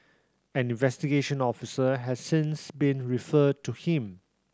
an investigation officer has since been referred to him